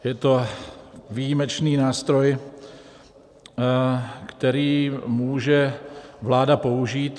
Je to výjimečný nástroj, který může vláda použít.